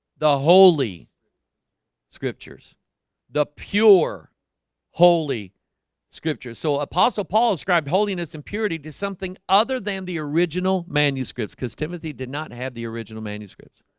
the holy scriptures the pure holy scriptures, so apostle paul described holiness impurity to something other than the original original manuscripts because timothy did not have the original manuscripts